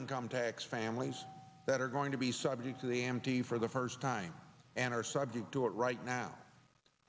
income tax families that are going to be subject to the empty for the first time and are subject to it right now